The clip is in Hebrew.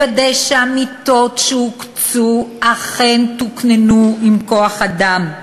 לוודא שהמיטות שהוקצו אכן תוקננו עם כוח-אדם,